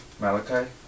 Malachi